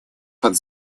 под